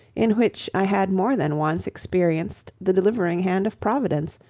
in which i had more than once experienced the delivering hand of providence,